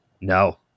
No